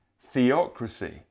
theocracy